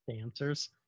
answers